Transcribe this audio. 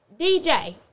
DJ